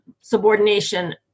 subordination